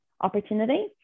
opportunity